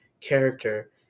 character